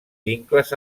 vincles